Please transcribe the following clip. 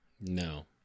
No